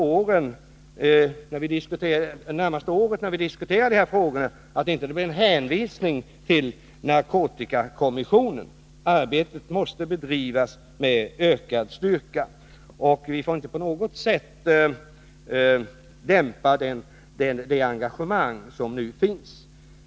Därför är det viktigt att det under det närmaste året, när vi diskuterar de här frågorna, inte bara blir en hänvisning till narkotikakommissionen. Arbetet måste bedrivas med ökad styrka. Vi får inte på något sätt dämpa det engagemang som nu finns.